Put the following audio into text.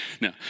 No